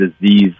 disease